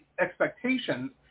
expectations